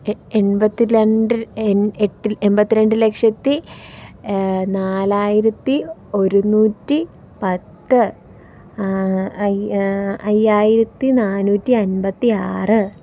എൺപത്തി രണ്ട് എട്ട് എൺപത്തി രണ്ട് ലക്ഷത്തി നാലായിരത്തി ഒരുന്നൂറ്റി പത്ത് അയ്യായിരത്തി നാന്നൂറ്റി അൻപത്തി ആറ്